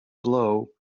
blow